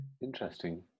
interesting